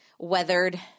weathered